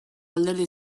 alderdi